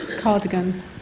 cardigan